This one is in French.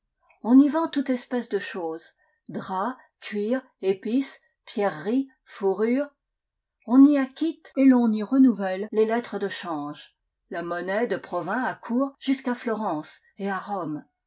on y vend toute espèce de choses draps cuirs épices pierreries fourrures on y acquitte et l'on y renouvelle les lettres de change la monnaie de provins a cours jusqu'à florence et à rome